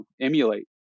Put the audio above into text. emulate